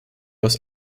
aus